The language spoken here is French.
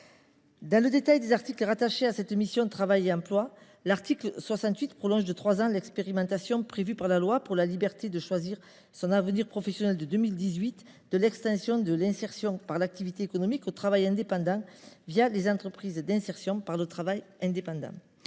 dans le détail les articles rattachés à cette mission « Travail et emploi ». L’article 68 prolonge de trois ans l’expérimentation, prévue par la loi pour la liberté de choisir son avenir professionnel de 2018, de l’extension de l’insertion par l’activité économique au travail indépendant par le biais des entreprises d’insertion par le travail indépendant.